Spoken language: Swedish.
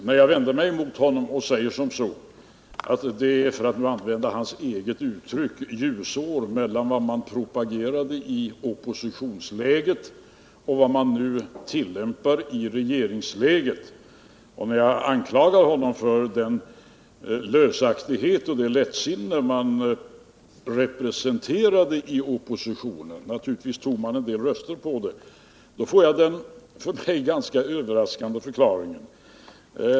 När jag vände mig mot honom och sade att det — för att nu använda hans eget uttryck — är ljusår mellan vad man propagerade för i oppositionsläget och vad man nu tillämpar i regeringsställning, och när jag anklagade honom för den lösaktighet och det lättsinne som man representerade när man befann sig i opposition — naturligtvis tog man en del röster på det — får jag en ganska överraskande förklaring.